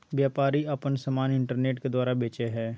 व्यापारी आपन समान इन्टरनेट के द्वारा बेचो हइ